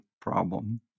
problem